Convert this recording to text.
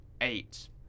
eight